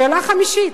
שאלה חמישית: